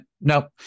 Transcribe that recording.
no